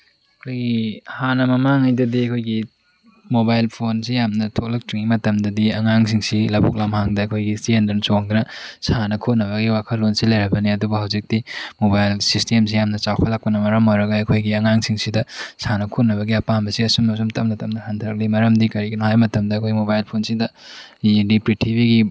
ꯑꯩꯈꯣꯏꯒꯤ ꯍꯥꯟꯅ ꯃꯃꯥꯡꯉꯩꯗꯗꯤ ꯑꯩꯈꯣꯏꯒꯤ ꯃꯣꯕꯥꯏꯜ ꯐꯣꯟꯁꯦ ꯌꯥꯝꯅ ꯊꯣꯛꯂꯛꯇ꯭ꯔꯤꯉꯩ ꯃꯇꯝꯗꯗꯤ ꯑꯉꯥꯡꯁꯤꯡꯁꯤ ꯂꯕꯨꯛ ꯂꯝꯍꯥꯡꯗ ꯑꯩꯈꯣꯏꯒꯤ ꯆꯦꯟꯗꯨꯅ ꯆꯣꯡꯗꯨꯅ ꯁꯥꯟꯅ ꯈꯣꯠꯅꯕꯒꯤ ꯋꯥꯈꯜꯂꯣꯟꯁꯦ ꯂꯩꯔꯝꯕꯅꯤ ꯑꯗꯨꯕꯨ ꯍꯧꯖꯣꯛꯇꯤ ꯃꯣꯕꯥꯏꯜ ꯁꯤꯁꯇꯦꯝꯁꯦ ꯌꯥꯝꯅ ꯆꯥꯎꯈꯠꯂꯛꯄꯅ ꯃꯔꯝ ꯑꯣꯏꯔꯒ ꯑꯩꯈꯣꯏꯒꯤ ꯑꯉꯥꯡꯁꯤꯡꯁꯤꯗ ꯁꯥꯟꯅ ꯈꯣꯠꯅꯕꯒꯤ ꯑꯄꯥꯝꯕꯁꯦ ꯑꯁꯨꯝ ꯑꯁꯨꯝ ꯇꯞꯅ ꯇꯞꯅ ꯍꯟꯊꯔꯛꯂꯤ ꯃꯔꯝꯗꯤ ꯀꯔꯤꯒꯤꯅꯣ ꯍꯥꯏꯕ ꯃꯇꯝꯗ ꯑꯩꯈꯣꯏꯒꯤ ꯃꯣꯕꯥꯏꯜ ꯐꯣꯟꯁꯤꯗ ꯄ꯭ꯔꯤꯇꯤꯕꯤꯒꯤ